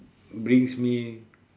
brings me